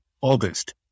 August